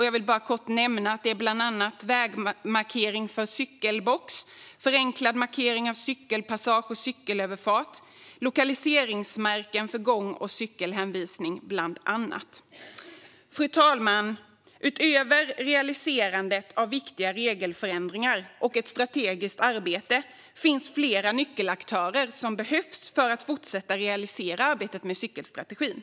Jag vill kort nämna att det bland annat gäller vägmarkering för cykelbox, förenklad markering av cykelpassage och cykelöverfart samt lokaliseringsmärken för gång och cykelhänvisning. Fru talman! Utöver realiserandet av viktiga regelförändringar och ett strategiskt arbete finns flera nyckelaktörer som behövs för att fortsätta realisera arbetet med cykelstrategin.